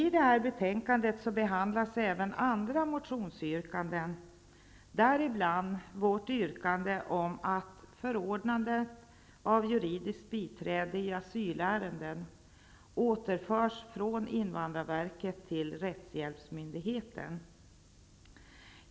I betänkandet behandlas även andra motionsyrkanden, däribland vårt yrkande om att förordnande av juridiskt biträde i asylärenden återförs från invandrarverket till rättshjälpsmyndigheten.